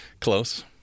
Close